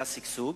היה שגשוג.